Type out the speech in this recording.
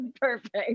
perfect